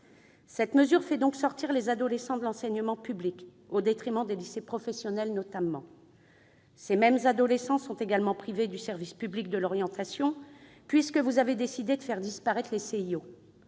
Cette mesure fait donc sortir les adolescents de l'enseignement public, au détriment des lycées professionnels notamment. Ces mêmes adolescents sont également privés du service public de l'orientation, puisque vous avez décidé de faire disparaître les